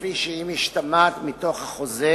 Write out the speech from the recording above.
כפי שהיא משתמעת מתוך החוזה,